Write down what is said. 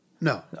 No